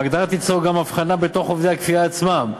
ההגדרה תיצור גם הבחנה בתוך עובדי הכפייה עצמם,